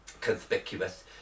Conspicuous